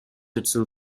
itself